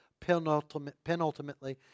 Penultimately